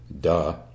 Duh